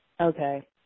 Okay